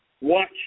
Watch